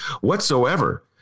whatsoever